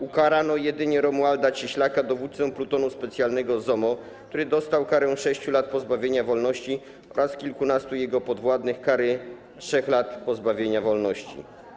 Ukarano jedynie Romualda Cieślaka, dowódcę plutonu specjalnego ZOMO, który dostał karę 6 lat pozbawienia wolności, wraz z kilkunastoma jego podwładnymi - kary 3 lat pozbawienia wolności.